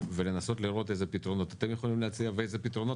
ולנסות לראות איזה פתרונות אתם יכולים להציע ואיזה פתרונות